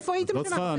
איפה הייתם שנה וחצי?